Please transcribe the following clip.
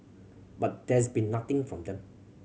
but there's been nothing from them